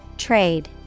Trade